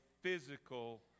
physical